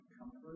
comfort